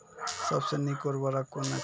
सबसे नीक उर्वरक कून अछि?